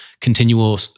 continual